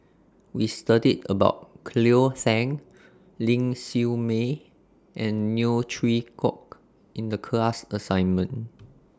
We studied about Cleo Thang Ling Siew May and Neo Chwee Kok in The class assignment